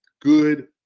good